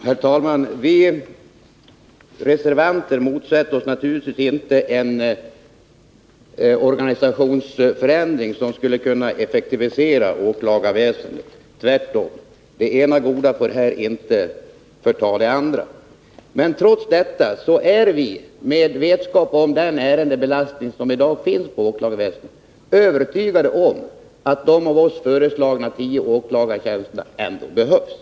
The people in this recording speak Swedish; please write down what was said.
Herr talman! Vi reservanter motsätter oss naturligtvis inte en organisationsförändring, som skulle kunna effektivisera åklagarväsendet. Tvärtom — det ena goda får inte förta det andra. Men trots detta är vi med vetskap om åklagarväsendets ärendebelastning övertygade om att de av oss föreslagna tio åklagartjänsterna ändå behövs.